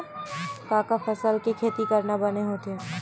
का का फसल के खेती करना बने होथे?